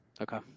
Okay